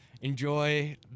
enjoy